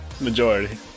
Majority